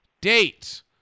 date